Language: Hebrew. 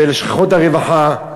בלשכות הרווחה,